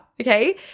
okay